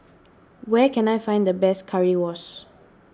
where can I find the best Currywurst